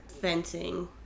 fencing